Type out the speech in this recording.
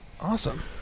awesome